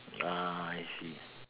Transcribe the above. ah I see